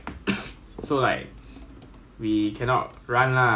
ya I look what I am now before I go in a bit fatter lah